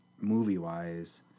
movie-wise